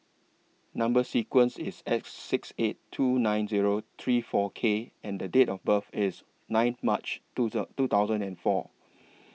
Number sequence IS S six eight two nine Zero three four K and The Date of birth IS nine March two The two thousand and four